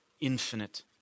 infinite